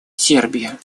сербия